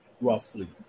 roughly